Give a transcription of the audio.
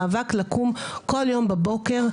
הוא מאבק לקום כל יום בבוקר.